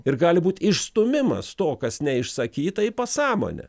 ir gali būt išstūmimas to kas neišsakyta į pasąmonę